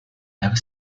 ever